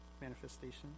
manifestation